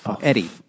Eddie